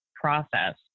process